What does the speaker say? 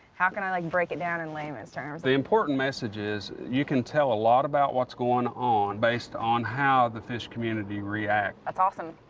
how can i like break it down in layman's terms? the important message is you can tell a lot about what's going on based on how the fish community react. that's awesome.